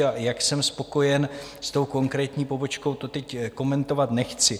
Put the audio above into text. A jak jsem spokojen s tou konkrétní pobočkou, to teď komentovat nechci.